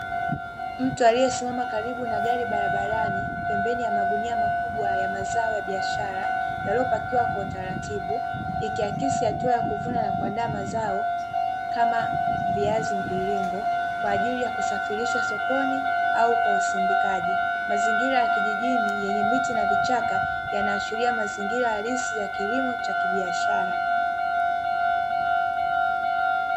Mtu aliyesimama karibu na gari barabarani, pembeni ya magunia makubwa ya mazao ya biashara, yaliyo pakiwa kwa utaratibu. Ikiakisi hatua ya kuvuna na kuandaa mazao, kama viazi mviringo kwaajili ya kusafirishwa sokoni au kwa usindikaji. Mazingira ya kijijini yenye miti na vichaka, yanaashilia mazingira halisi ya kilimo cha kibiashara.